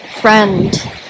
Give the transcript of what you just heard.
friend